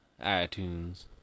iTunes